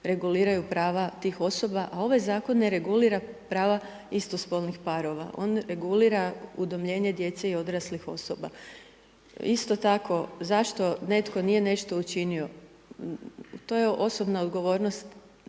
reguliraju prava tih osoba, a ovaj Zakon ne regulira prava istospolnih parova, on regulira udomljenje djece i odraslih osoba. Isto tako zašto netko nije nešto učinio, to je osobna odgovornost